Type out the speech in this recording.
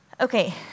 Okay